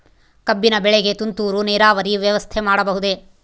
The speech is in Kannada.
ಕಬ್ಬಿನ ಬೆಳೆಗೆ ತುಂತುರು ನೇರಾವರಿ ವ್ಯವಸ್ಥೆ ಮಾಡಬಹುದೇ?